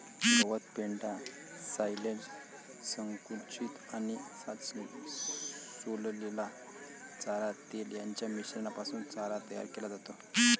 गवत, पेंढा, सायलेज, संकुचित आणि सोललेला चारा, तेल यांच्या मिश्रणापासून चारा तयार केला जातो